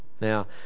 now